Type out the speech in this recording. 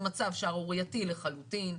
זה מצב שערורייתי לחלוטין.